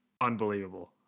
Unbelievable